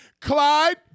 Clyde